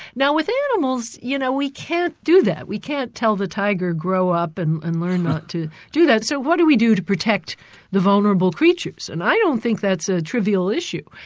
now with animals, you know, we can't do that. we can't tell the tiger, grow up and and learn not to do that. so what do we to protect the vulnerable creatures? and i don't think that's a trivial issue,